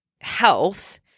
health